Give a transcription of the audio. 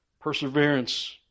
Perseverance